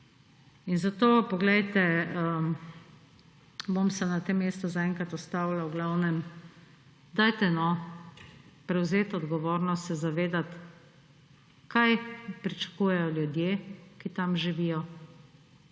Zato, poglejte, se bom na tem mestu zaenkrat ustavila. V glavnem, dajte no, prevzeti odgovornost, se zavedati, kaj pričakujejo ljudje, ki tam živijo.